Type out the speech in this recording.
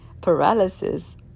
paralysis